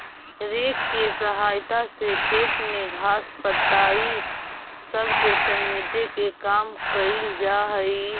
rake के सहायता से खेत में घास, पत्ता इ सब के समेटे के काम कईल जा हई